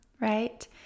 right